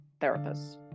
therapists